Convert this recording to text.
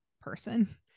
person